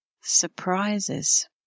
Surprises